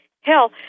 hell